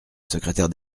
secrétaire